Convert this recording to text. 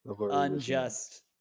unjust